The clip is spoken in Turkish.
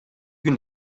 gün